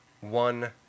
one